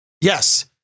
Yes